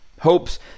hopes